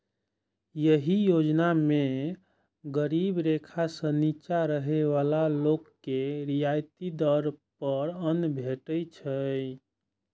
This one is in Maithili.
एहि योजना मे गरीबी रेखा सं निच्चा रहै बला लोक के रियायती दर पर अन्न भेटै छै